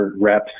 reps